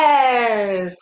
Yes